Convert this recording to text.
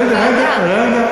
רגע, רגע.